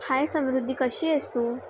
हाय समृद्धी कशी आहेस तू